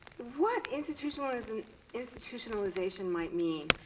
what institutionalization institutionalization might mean.